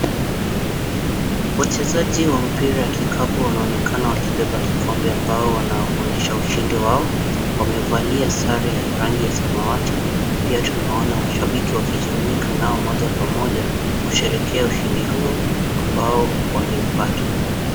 Wachezaji wa mpira wa kikapu unaonekana wakibeba kikombe ambao wanaonyesha ushindi wao wamevalia sare ya rangi ya samawati . Pia tunaona mashabiki wakijumuika na umoja kwa umoja wakisherehekea ushindi huo ambao waliupata.